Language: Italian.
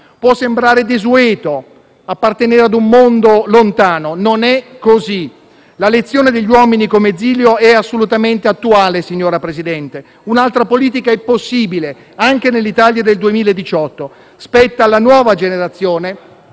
può sembrare desueto e appartenere a un mondo lontano. Non è così. La lezione degli uomini come Zilio è assolutamente attuale, signor Presidente. Un'altra politica è possibile, anche nell'Italia del 2018. Spetta alla nuova generazione,